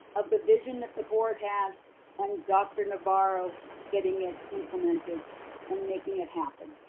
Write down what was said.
of the vision that the board had and dr. navarro getting it implemented and making it happen.